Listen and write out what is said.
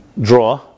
draw